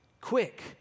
Quick